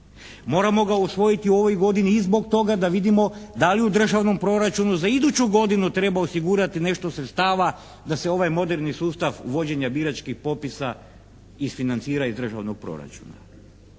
Moramo ga usvojiti u ovoj godini i zbog toga da vidimo da li u Državnom proračunu za iduću godinu treba osigurati nešto sredstava da se ovaj moderni sustav vođenja biračkih popisa isfinancira iz Državnog proračuna.